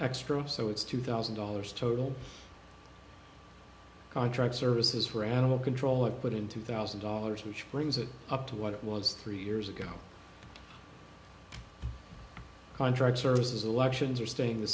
extra so it's two thousand dollars total contract services for animal control put in two thousand dollars which brings it up to what it was three years ago contract services elections are staying the